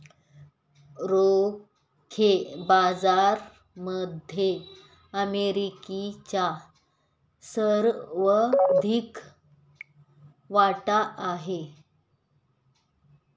रोखे बाजारामध्ये अमेरिकेचा सर्वाधिक वाटा आहे